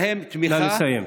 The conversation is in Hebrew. ומגיעה להן תמיכה, נא לסיים.